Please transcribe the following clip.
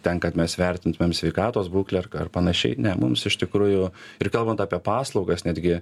ten kad mes vertintumėm sveikatos būklę ar ar panašiai ne mums iš tikrųjų ir kalbant apie paslaugas netgi